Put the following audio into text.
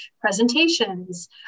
presentations